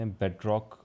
bedrock